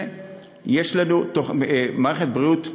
יש לנו מערכת בריאות טובה.